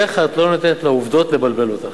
איך את לא נותנת לעובדות לבלבל אותך.